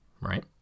Right